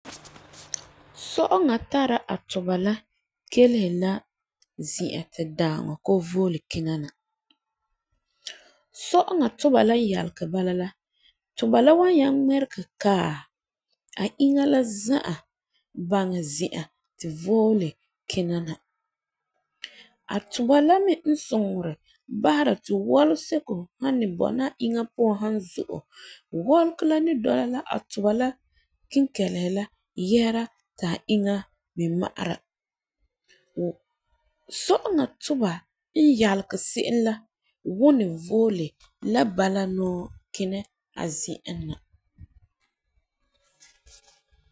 Sɔ'ɔŋa tari a tuba la keleseri la zi'an ti daaŋɔ koo voole kina na. Sɔ'ɔŋa tuba la n yelege la bala nɔɔ ti tuba la wan nyaŋɛ ŋmɛrige kaa a inya la za'a baŋɛ zi'an ti voole kina na. A tuba la mɛ n suŋeri basera ti wɔlegɔ sɛko san ni bɔna a inya la puan san zo'e wɔlegɔ la ni dɔla la a tuba la kinkelese la yesera ta inya la ma'ara. Sɔ'ɔŋa tuba n yalege se'em la wuni voole la bala nɔɔ kina a zi'an na.